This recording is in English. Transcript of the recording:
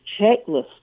checklist